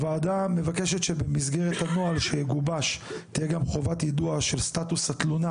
הוועדה מבקשת שבמסגרת הנוהל שיגובש תהיה גם חובת יידוע של סטטוס התלונה